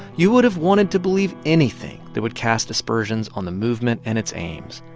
you would've wanted to believe anything that would cast aspersions on the movement and its aims.